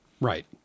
Right